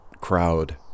crowd